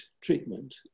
treatment